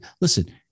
listen